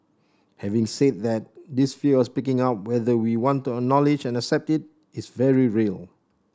having said that this fear of speaking up whether we want to acknowledge and accept it is very real